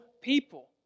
people